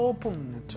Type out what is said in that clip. Open